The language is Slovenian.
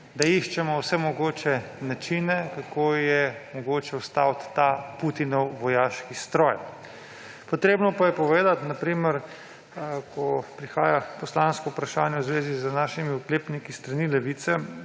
Iščemo vse mogoče načine, kako je mogoče ustaviti ta Putinov vojaški stroj. Treba pa je povedati, na primer, ko prihaja poslansko vprašanje v zvezi z našimi oklepniki s strani Levice,